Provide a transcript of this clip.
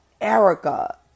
Erica